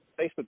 Facebook